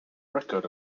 record